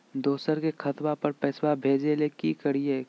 दोसर के खतवा पर पैसवा भेजे ले कि करिए?